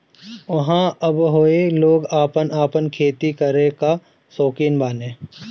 ऊहाँ अबहइयो लोग आपन आपन खेती करे कअ सौकीन बाने